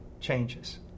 changes